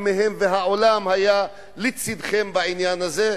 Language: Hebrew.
מהם והעולם היה לצדכם בעניין הזה?